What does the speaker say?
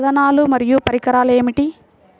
సాధనాలు మరియు పరికరాలు ఏమిటీ?